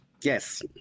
Yes